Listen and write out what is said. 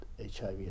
HIV